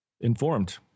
informed